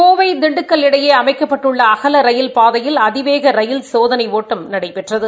கோவை திண்டுக்கல் இடையே அமைக்கப்பட்டுள்ள அகல ரயில் பாதையில் அதிவேக ரயில் சோதனை ஒட்டம் நடைபெற்றது